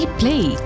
play